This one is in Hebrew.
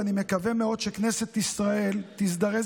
ואני מקווה מאוד שכנסת ישראל תזדרז